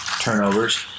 turnovers